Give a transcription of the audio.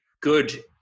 good